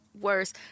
Worse